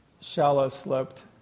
shallow-sloped